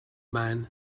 man